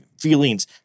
feelings